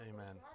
Amen